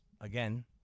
again